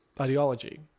ideology